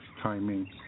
timing